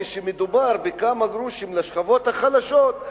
כשמדובר בכמה גרושים לשכבות החלשות,